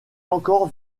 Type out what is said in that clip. encore